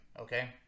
okay